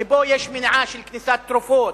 שבו יש מניעה של כניסת תרופות,